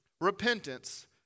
repentance